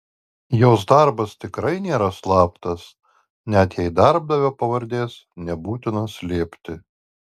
jos darbas tikrai nėra slaptas net jei darbdavio pavardės nebūtina slėpti